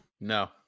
No